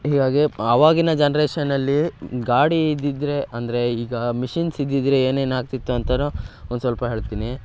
ಹೀಗಾಗಿ ಆವಾಗಿನ ಜನ್ರೇಷನ್ನಲ್ಲಿ ಗಾಡಿ ಇದ್ದಿದ್ದರೆ ಅಂದರೆ ಈಗ ಮಿಷಿನ್ಸ್ ಇದ್ದಿದ್ದರೆ ಏನೇನಾಗ್ತಿತ್ತು ಅಂತನೂ ಒಂದು ಸ್ವಲ್ಪ ಹೇಳ್ತೀನಿ